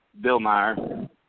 Billmeyer